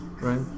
right